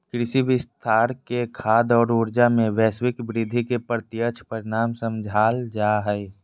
कृषि विस्तार के खाद्य और ऊर्जा, में वैश्विक वृद्धि के प्रत्यक्ष परिणाम समझाल जा हइ